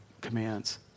commands